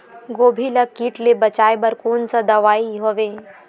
गोभी ल कीट ले बचाय बर कोन सा दवाई हवे?